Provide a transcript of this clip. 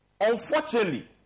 Unfortunately